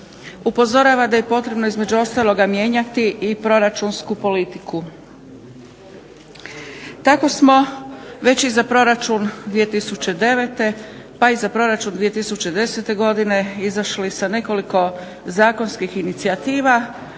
upozorava da je potrebno između ostaloga mijenjati i proračunsku politiku. Tako smo već i za proračun 2009. pa i za proračun 2010. godine izašli sa nekoliko zakonskih inicijativa